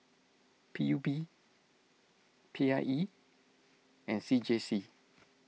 P U B P I E and C J C